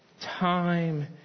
time